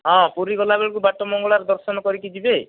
ହଁ ପୁରୀ ଗଲା ବେଳକୁ ବାଟମଙ୍ଗଳା ଦର୍ଶନ କରିକି ଯିବେ